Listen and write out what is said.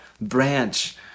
branch